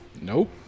Nope